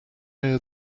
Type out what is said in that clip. near